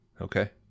okay